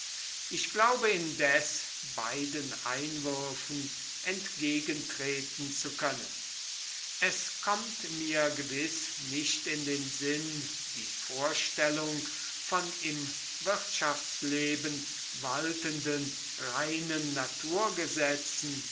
ich glaube indes beiden einwürfen entgegentreten zu können es kommt mir gewiß nicht in den sinn die vorstellung von im wirtschaftsleben waltenden reinen naturgesetzen